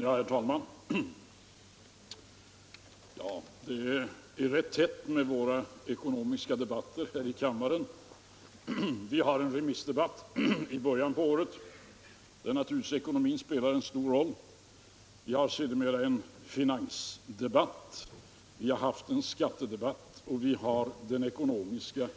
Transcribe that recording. Herr talman! Det är ganska tätt mellan våra ekonomiska debatter här i kammaren. Vi har en remissdebatt i början av året, där naturligtvis ekonomin spelar en stor roll. Vi har sedermera en finansdebatt. Vi har haft en skattedebatt, och vi har den ekonomiska